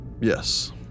Yes